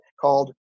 called